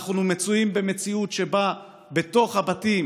אנחנו מצויים במציאות שבה בתוך הבתים